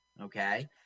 Okay